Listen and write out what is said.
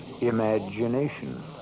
imagination